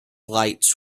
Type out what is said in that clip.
lights